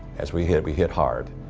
as we hit, we hit hard.